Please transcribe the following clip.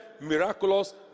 miraculous